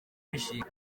mishinga